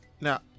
Now